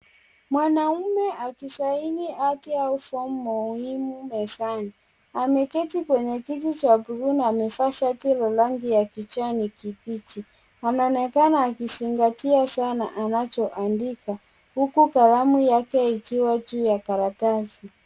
Mwanaume akisaini ati au fomu muhimu mezani. Ameketi kwenye kiti cha bluu na amevaa shati la rangi ya kijani kibichi. Anaonekana akizingatia sana anachoandika huku kalamu yake ikiwa juu ya karatasi.